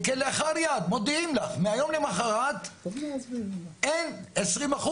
כלאחר יד מודיעים לך מהיום למחרת אין 20%,